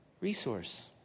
Resource